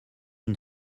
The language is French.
une